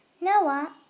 Noah